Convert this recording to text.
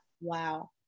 Wow